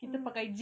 mmhmm